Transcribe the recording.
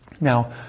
Now